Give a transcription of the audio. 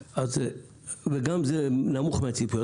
זה נמוך מהציפיות.